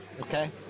Okay